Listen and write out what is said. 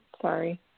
Sorry